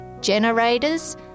generators